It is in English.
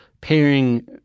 pairing